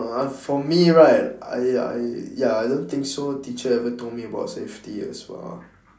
uh for me right I I ya I don't think so teacher ever told me about safety as well